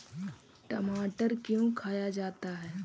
टमाटर क्यों खाया जाता है?